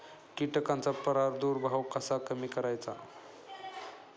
कीटकांचा प्रादुर्भाव कसा कमी करायचा?